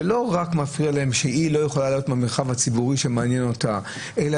שלא רק מפריע שהיא לא יכולה להיות במרחב הציבורי שמעניין אותה אלא